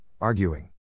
arguing